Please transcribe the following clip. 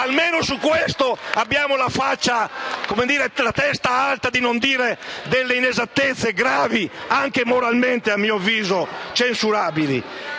almeno su questo, abbiamo la testa alta di non dire inesattezze gravi, anche moralmente censurabili